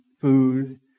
food